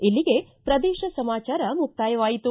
ಇಲ್ಲಿಗೆ ಪ್ರದೇಶ ಸಮಾಚಾರ ಮುಕ್ತಾಯವಾಯಿತು